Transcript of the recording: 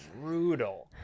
brutal